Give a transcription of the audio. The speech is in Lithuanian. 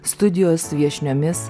studijos viešniomis